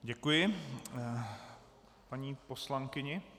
Děkuji paní poslankyni.